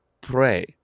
pray